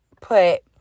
put